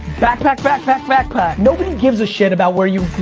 backpack, backpack backpack. nobody gives a shit about where you